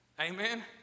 Amen